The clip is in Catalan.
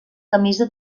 camisa